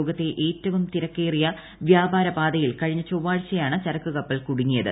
ലോകത്തെ ഏറ്റവും തിരക്കേറിയ വ്യാപാര പാതയിൽ കഴിഞ്ഞ ചൊവ്വാഴ്ചയാണ് ചരക്കുകപ്പൽ കുടുങ്ങിയത്